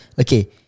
okay